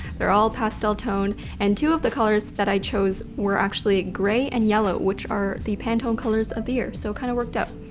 they're all pastel toned. and two of the colors that i chose were actually gray and yellow, which are the pantone colors of the year. so it kind of worked out.